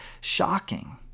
shocking